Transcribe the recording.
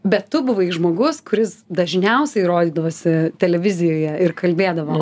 bet tu buvai žmogus kuris dažniausiai rodydavosi televizijoje ir kalbėdavo